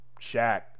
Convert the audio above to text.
Shaq